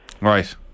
Right